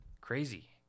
Crazy